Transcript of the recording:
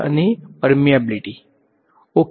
permittivity અને permeability okay